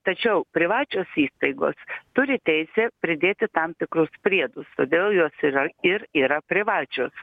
tačiau privačios įstaigos turi teisę pridėti tam tikrus priedus todėl jos yra ir yra privačios